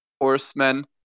horsemen